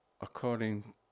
according